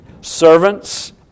servants